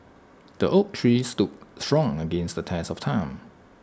the oak tree stood strong against the test of time